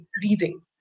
breathing